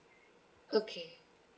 okay